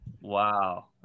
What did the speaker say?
wow